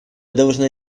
должны